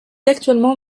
actuellement